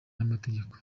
n’amategeko